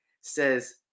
Says